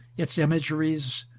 its imageries,